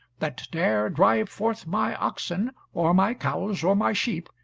that dare drive forth my oxen, or my cows, or my sheep,